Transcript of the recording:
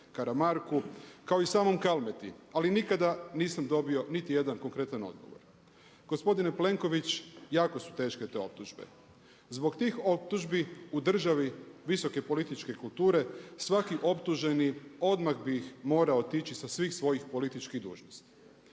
Karamarku kao i samom Kalmeti ali nikada nisam dobio niti jedan konkretna odgovor. Gospodine Plenković, jako su teške te optužbe. Zbog tih optužbi u državi visoke političke kulture svaki optuženi odmah bi morao otići sa svih svojih političkih dužnosti.